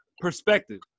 perspective